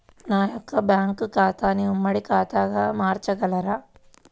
నా యొక్క బ్యాంకు ఖాతాని ఉమ్మడి ఖాతాగా మార్చగలరా?